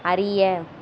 அறிய